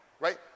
Right